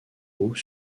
haut